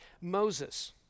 Moses